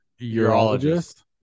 Urologist